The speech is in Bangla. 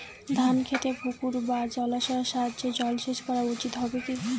ধান খেতে পুকুর বা জলাশয়ের সাহায্যে জলসেচ করা উচিৎ হবে কি?